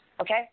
Okay